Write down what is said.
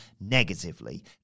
negatively